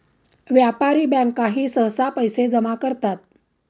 व्यापारी बँकाही सहसा पैसे जमा करतात